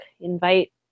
invite